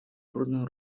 brudną